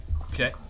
Okay